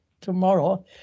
tomorrow